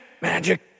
magic